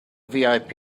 vip